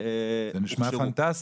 זה נשמע פנטסטי.